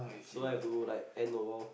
so have to like end a while